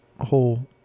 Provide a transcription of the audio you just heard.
whole